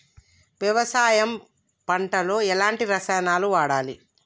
వ్యవసాయం పంట లో ఎలాంటి రసాయనాలను వాడాలి?